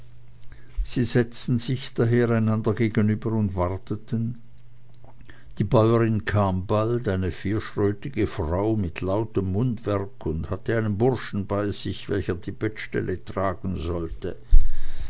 sie setzten sich daher einander gegenüber und warteten die bäuerin kam bald eine vierschrötige frau mit lautem mundwerk und hatte einen burschen bei sich welcher die bettstelle tragen sollte